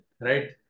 right